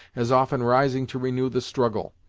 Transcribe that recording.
as often rising to renew the struggle.